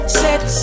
sex